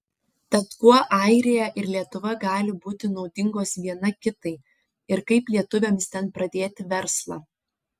tad kuo airija ir lietuva gali būti naudingos viena kitai ir kaip lietuviams ten pradėti verslą